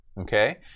Okay